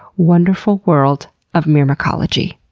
wonderful world of myrmecology.